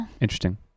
Interesting